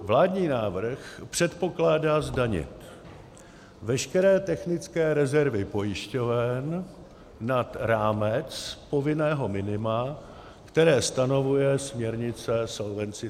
Vládní návrh předpokládá zdanit veškeré technické rezervy pojišťoven nad rámec povinného minima, které stanovuje směrnice Solvency II.